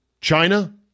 China